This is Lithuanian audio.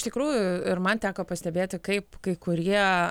iš tikrųjų ir man teko pastebėti kaip kai kurie